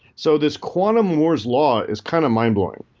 so this quantum moore's law is kind of mind-blowing,